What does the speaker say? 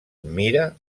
mira